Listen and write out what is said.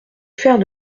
faire